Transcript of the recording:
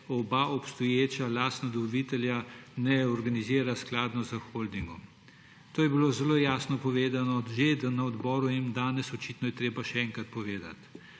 obeh obstoječih lastnih dobaviteljev ne organizira skladno s holdingom. To je bilo zelo jasno povedano že na odboru in danes, očitno je treba še enkrat povedati.